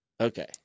Okay